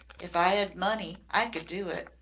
if i ad money i could do it.